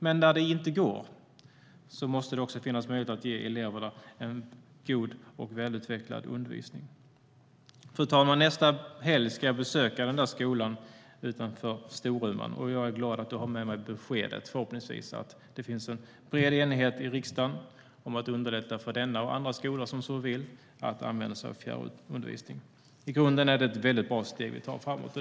Men där det inte går måste det finnas möjlighet att ge eleverna en god och välutvecklad undervisning. Fru talman! Nästa helg ska jag besöka skolan utanför Storuman. Jag är glad att jag då förhoppningsvis har med mig beskedet att det finns bred enighet i riksdagen om att underlätta för denna och andra skolor som så vill att använda sig av fjärrundervisning.I grunden är det ett bra steg vi tar framåt.